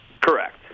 Correct